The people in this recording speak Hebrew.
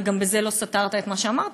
וגם בזה לא סתרת את מה שאמרתי,